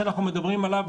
שאנחנו מדברים עליו,